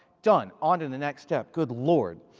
done. on to the next step. good lord.